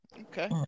Okay